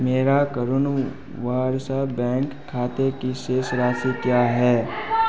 मेरा करूनू वारसा बैंक खाते की शेष राशि क्या है